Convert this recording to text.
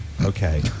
Okay